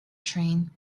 train